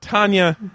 Tanya